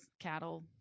cattle